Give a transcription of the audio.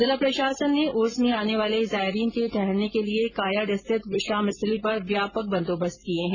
जिला प्रशासन ने उर्स में आने वाले जायरीन के ठहरने के लिए कायड स्थित विश्राम स्थली पर व्यापक बंदोबस्त किए हैं